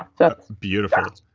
that's beautiful.